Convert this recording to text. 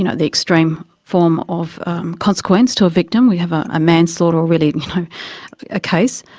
you know the extreme form of consequence to a victim, we have ah a manslaughter or really you know a case,